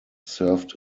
served